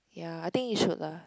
ya I think it should lah